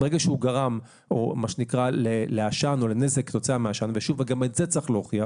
ברגע שהוא גרם לעשן או לנזק כתוצאה מעשן וגם את זה צריך להוכיח.